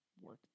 work